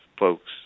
folks